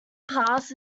pass